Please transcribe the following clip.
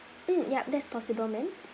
mm yup that's possible ma'am